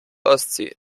ostsee